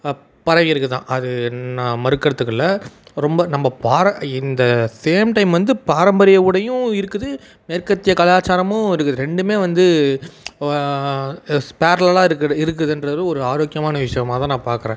பரவி இருக்குதான் அது நான் மறுக்கிறதுக்கில்ல ரொம்ப நம்ம இந்த சேம் டைம் வந்து பாரம்பரிய உடையும் இருக்குது மேற்கத்திய கலாச்சாரமும் இருக்குது ரெண்டுமே வந்து பேர்லலாக இருக்குது இருக்குதுன்றது ஒரு ஆரோக்கியமான விஷயமா தான் நான் பாக்கிறேன்